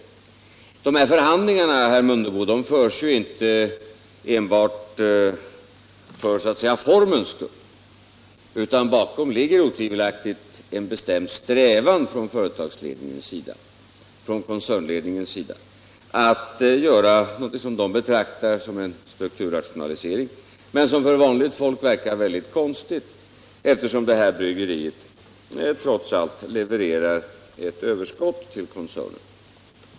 De här förhandlingarna, herr Mundebo, förs ju inte enbart så att säga för formens skull, utan bakom dem ligger otvivelaktigt en bestämd strävan från koncernledningens sida att göra någonting som den betraktar som en strukturrationalisering men som för vanligt folk verkar väldigt konstigt, eftersom det här bryggeriet trots allt levererar ett överskott till koncernen.